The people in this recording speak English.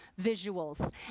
visuals